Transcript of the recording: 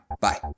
Bye